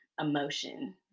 emotion